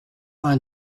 vingt